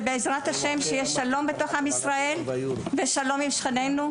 ובעזרת ה׳ שיהיה שלום בתוך עם ישראל ושלום עם שכנינו.